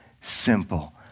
simple